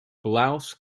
blouse